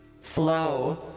flow